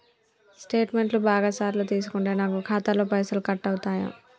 Statement బాగా సార్లు తీసుకుంటే నాకు ఖాతాలో పైసలు కట్ అవుతయా?